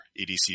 EDC